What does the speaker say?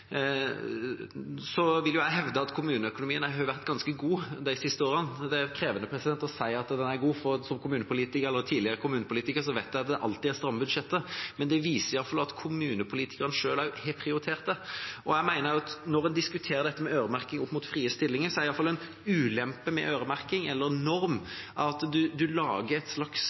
Så vil jo jeg hevde at kommuneøkonomien har vært ganske god de siste årene. Det er krevende å si at den er god, for som tidligere kommunepolitiker vet jeg at det alltid er stramme budsjetter, men det viser iallfall at kommunepolitikerne selv har prioritert det. Jeg mener også, når en diskuterer dette med øremerking opp mot frie inntekter, at en ulempe med øremerking, eller en norm, er at en lager et slags